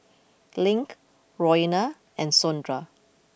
Link Roena and Sondra